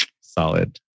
solid